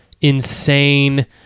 insane